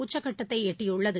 உச்சக்கட்டத்தை எட்டியுள்ளது